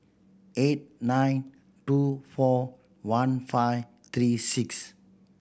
eight nine two four one five three six